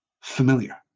familiar